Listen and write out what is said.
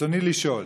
רצוני לשאול: